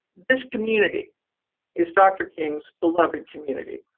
this community is dr. king's beloved community.